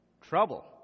Trouble